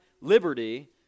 liberty